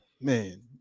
man